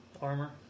Armor